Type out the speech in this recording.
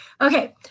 Okay